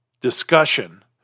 discussion